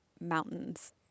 mountains